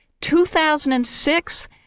2006